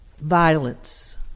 violence